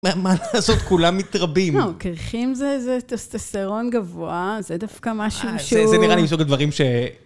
מה לעשות? כולם מתרבים. לא, קרחים זה טסטסרון גבוה, זה דווקא משהו שהוא... זה נראה לי מסוג הדברים ש...